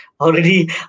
already